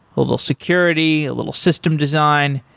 a little security, a little system design.